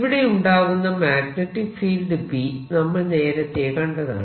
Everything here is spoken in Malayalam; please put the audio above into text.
ഇവിടെയുണ്ടാകുന്ന മാഗ്നെറ്റിക് ഫീൽഡ് B നമ്മൾ നേരത്തെ കണ്ടതാണ്